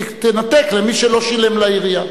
תנתק למי שלא שילם לעירייה.